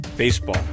Baseball